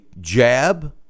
jab